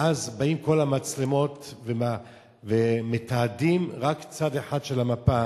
ואז באות כל המצלמות ומתעדים רק צד אחד של המפה,